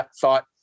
thought